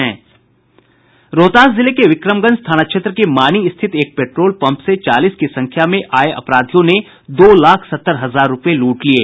रोहतास जिले के विक्रमगंज थाना क्षेत्र के मानी स्थित एक पेट्रोल पम्प से चालीस की संख्या में आये अपराधियों ने दो लाख सत्तर हजार रुपये लूट लिये